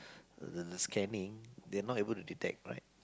the scanning they are not able to detect right